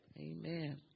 Amen